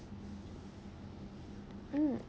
mm